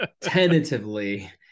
tentatively